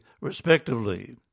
respectively